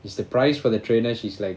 is the price for the trainer she's like